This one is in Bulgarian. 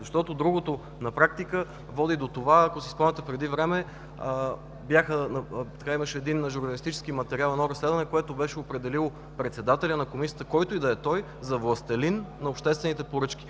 Защото другото на практика води до това: ако си спомняте преди време имаше един журналистически материал, разследване, което беше определило председателя на Комисията, който и да е той, за властелин на обществените поръчки.